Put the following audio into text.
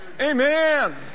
Amen